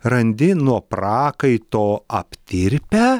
randi nuo prakaito aptirpę